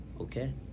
Okay